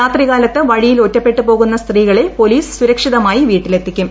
രാത്രികാലത്ത് വഴിയിൽ ഒറ്റപ്പെട്ടു പോകുന്ന സ്ത്രീകളെ പോലീസ് സുരക്ഷിതമായി വീട്ടിലെത്തിക്കും